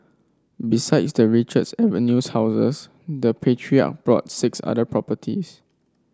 besides the Richards Avenue houses the patriarch bought six other properties